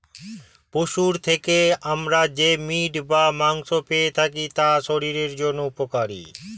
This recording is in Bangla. পশুর থেকে আমরা যে মিট বা মাংস পেয়ে থাকি তা শরীরের জন্য উপকারী